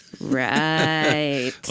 Right